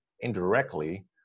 indirectly